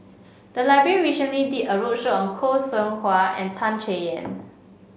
the library recently did a roadshow on Khoo Seow Hwa and Tan Chay Yan